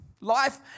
life